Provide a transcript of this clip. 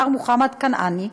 מר מוחמד כנעאני,